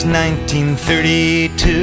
1932